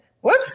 Whoops